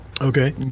Okay